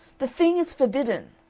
the thing is forbidden!